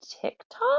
TikTok